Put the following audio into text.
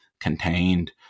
contained